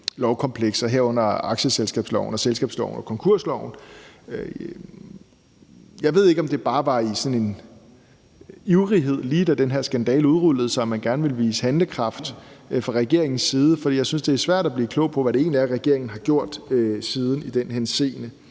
lovkomplekser, herunder aktieselskabsloven og selskabsloven og konkursloven. Jeg ved ikke, om det bare var i sådan en ivrighed, lige da den her skandale udrullede sig, at man gerne ville vise handlekraft fra regeringens side, for jeg synes, det er svært at blive klog på, hvad det egentlig er, regeringen har gjort siden i den henseende.